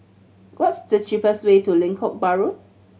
what's the cheapest way to Lengkok Bahru